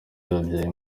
yabyaye